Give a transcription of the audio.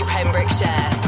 Pembrokeshire